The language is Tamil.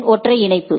இன் ஒற்றை இணைப்பு